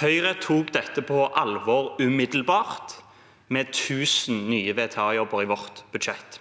Høyre tok dette på alvor umiddelbart med 1 000 nye VTA-plasser i vårt budsjett.